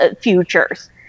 futures